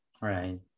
right